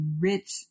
rich